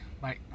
bye